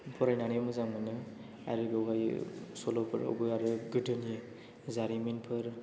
फरायनानै मोजां मोनो आरो लगायो सल'फोरावबो आरो गोदोनि जारिमिनफोर